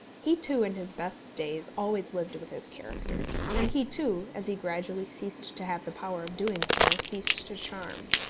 he, too, in his best days, always lived with his characters and he, too, as he gradually ceased to have the power of doing so, ceased to charm.